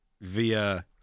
via